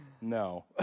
no